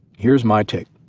here's my take.